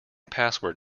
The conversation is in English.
password